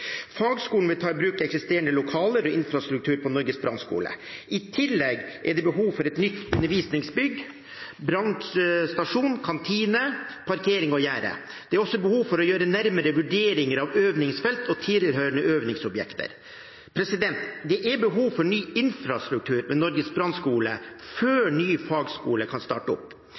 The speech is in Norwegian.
Fagskolen vil ta i bruk eksisterende lokaler og infrastruktur på Norges brannskole. I tillegg er det behov for et nytt undervisningsbygg, brannstasjon, kantine, parkering og gjerde. Det er også behov for å gjøre nærmere vurderinger av øvingsfelt og tilhørende øvingsobjekter. Det er behov for en ny infrastruktur ved Norges brannskole før en ny fagskole kan starte opp.